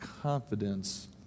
confidence